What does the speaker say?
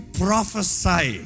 prophesy